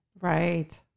Right